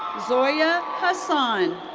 zoya hasan.